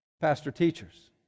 pastor-teachers